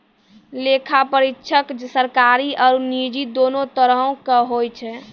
लेखा परीक्षक सरकारी आरु निजी दोनो तरहो के होय छै